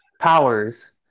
Powers